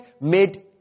made